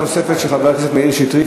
יש עמדה נוספת של חבר הכנסת מאיר שטרית.